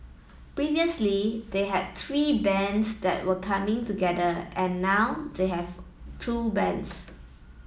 previously they had three bands that were coming together and now they have two bands